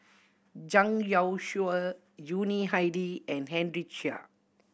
Zhang Youshuo Yuni Hadi and Henry Chia